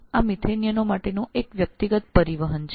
આ મિથેનીયનો માટેનું એક વ્યક્તિગત પરિવહન છે